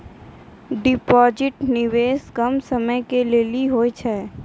Deposit निवेश कम समय के लेली होय छै?